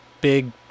big